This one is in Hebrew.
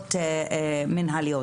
עבירות מינהליות.